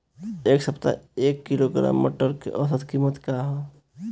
एक सप्ताह एक किलोग्राम मटर के औसत कीमत का ह?